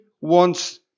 wants